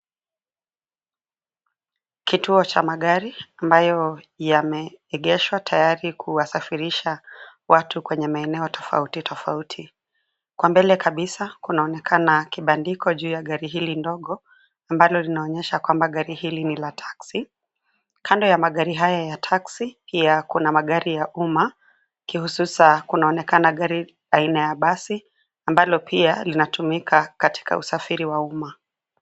Kituo cha magari ambayo yameegeshwa tayari kuwasafirisha watu kwenye maeneo tofauti tofauti. Kwa mbele kabisa kunaonekana kibandiko juu ya gari hili ndogo ambalo linaonyesha kwamba gari hili ni la taxi . Kando ya magari haya ya taxi pia kuna magari ya umma kihususa kunaonekana gari aina ya basi, ambalo pia linatumika katika usafiri wa umma.